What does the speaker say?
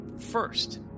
First